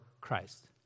Christ